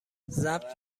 ضبط